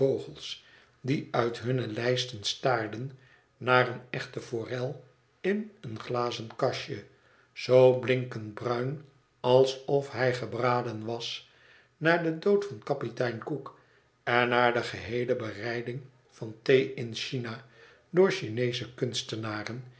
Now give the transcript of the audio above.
die uit hunne lijsten staarden naar een echten forel in een glazenkastje zoo blinkend bruin alsof hij gebraden was naar den dood van kapitein cook en naar de geheele bereiding van thee in china door cbineesche kunstenaren